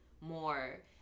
more